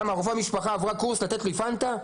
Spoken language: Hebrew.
רופאת משפחה עברה קורס לתת לי פנטה?